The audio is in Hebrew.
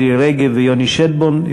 מירי רגב ויוני שטבון,